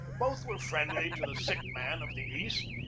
both were friendly to the sick man of the east,